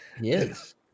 yes